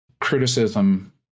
criticism